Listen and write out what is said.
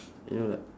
you know like